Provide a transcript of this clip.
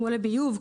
לביוב,